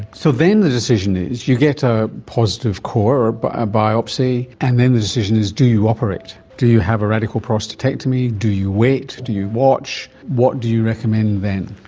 so then the decision is, you get a positive core or but a biopsy, and then the decision is do you operate? do you have a radical prostatectomy? do you wait? do you watch? what do you recommend then?